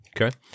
Okay